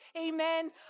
amen